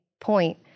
point